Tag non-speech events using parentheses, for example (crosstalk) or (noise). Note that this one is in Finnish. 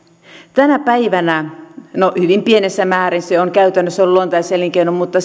tänä päivänä no hyvin pienessä määrin se on käytännössä ollut luontaiselinkeino mutta (unintelligible)